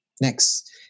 Next